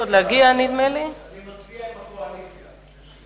אני מצביע עם הקואליציה.